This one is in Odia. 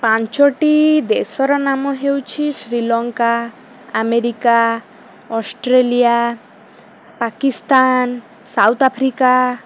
ପାଞ୍ଚଟି ଦେଶର ନାମ ହେଉଛି Sri Lanka America Australia Pakistan South Africa